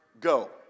go